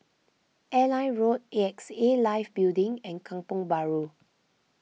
Airline Road A X A Life Building and Kampong Bahru